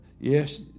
Yes